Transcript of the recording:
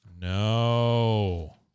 no